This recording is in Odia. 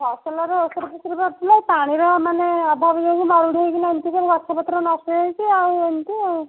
ଫସଲରେ ଔଷଧପତ୍ର ଯାହା ଥିଲା ପାଣିର ମାନେ ଅଭାବ ଯୋଗୁଁ ମରୁଡ଼ି ହେଇକିନା ଏମିତି ସବୁ ଗଛପତ୍ର ନଷ୍ଟ ହେଇଯାଇଛି ଆଉ ଏମିତି